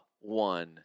one